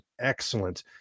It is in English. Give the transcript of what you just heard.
excellent